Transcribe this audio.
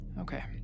Okay